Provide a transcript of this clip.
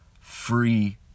free